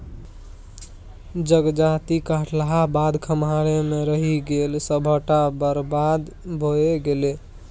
जजाति काटलाक बाद खम्हारे मे रहि गेल सभटा बरबाद भए गेलै